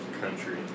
Country